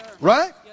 Right